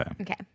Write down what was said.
Okay